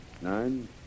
nine